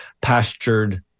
pastured